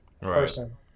person